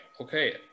okay